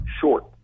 short